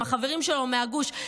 עם החברים שלו מהגוש,